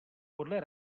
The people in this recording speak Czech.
podle